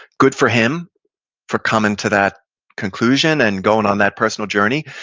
good for him for coming to that conclusion and going on that personal journey,